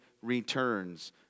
returns